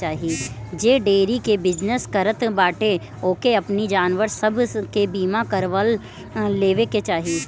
जे डेयरी के बिजनेस करत बाटे ओके अपनी जानवर सब के बीमा करवा लेवे के चाही